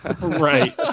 right